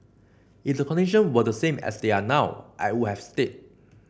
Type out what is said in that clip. if the condition were the same as they are now I would have stayed